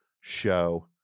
show